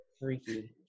freaky